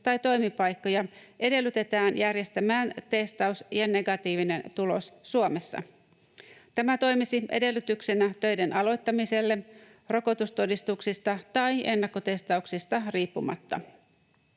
tai toimipaikkoja edellytetään järjestämään testaus ja negatiivinen tulos Suomessa. Tämä toimisi edellytyksenä töiden aloittamiselle rokotustodistuksista tai ennakkotestauksista riippumatta.